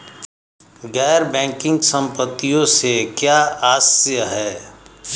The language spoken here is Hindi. गैर बैंकिंग संपत्तियों से क्या आशय है?